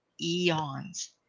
eons